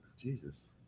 Jesus